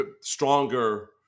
stronger